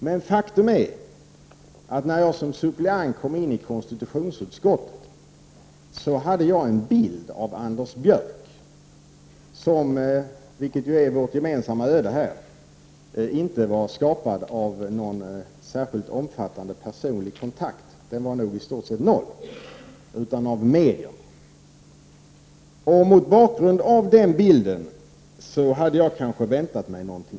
Men faktum är att jag, när jag som suppleant kom in i konstitutionsutskottet, hade en bild av Anders Björck som -— vilket är ju vårt gemensamma öde — inte var skapad av någon särskilt omfattande personlig kontakt, för den var i stort sett obefintlig, utan av medier. Mot bakgrund av den bilden hade jag kanske väntat mig något annat.